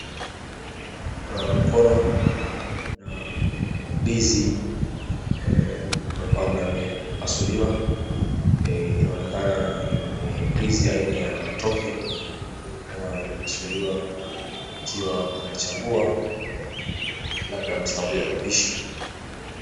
Naona mkono na ndizi ambayo imepasuliwa. Inaonekana ndizi aina ya matoke ambayo imepasuliwa ikiwa anachambua labda kwa sababu ya mapishi.